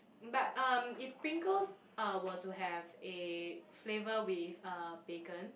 but um if Pringles uh were to have a flavour with uh bacon